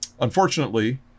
Unfortunately